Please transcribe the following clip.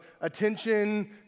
attention